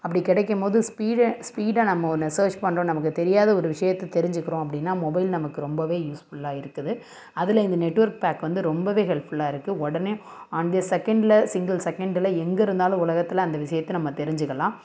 அப்படி கிடைக்கும்மோது ஸ்பீடே ஸ்பீடாக நம்ம ஒன்றா சேர்ச் பண்ணுறோம் நமக்கு தெரியாத ஒரு விஷியத்தை தெரிஞ்சிக்கிறோம் அப்படின்னா மொபைல் நமக்கு ரொம்பவே யூஸ்ஃபுல்லாக இருக்குது அதில் இந்த நெட்ஒர்க் பேக் வந்து ரொம்பவே ஹெல்ப்ஃபுல்லாக இருக்கு உடனே ஆன் தி செகண்டில் சிங்கிள் செகண்டில் எங்கே இருந்தாலும் உலகத்தில் அந்த விஷியத்தை நம்ம தெரிஞ்சிக்கலாம்